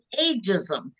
ageism